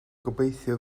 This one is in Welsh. gobeithio